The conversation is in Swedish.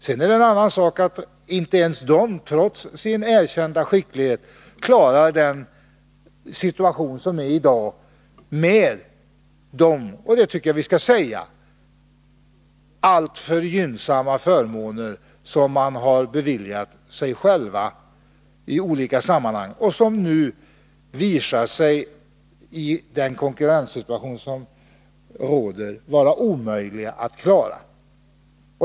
Sedan är det en annan sak att inte ens rederierna, trots sin erkända skicklighet, klarar den situation som råder i dag — och det tycker jag är viktigt att säga — med de alltför gynnsamma förmåner som man har beviljat de anställda i olika sammanhang och som i den konkurrenssituation som nu råder visar sig vara omöjliga att klara.